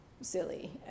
silly